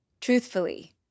truthfully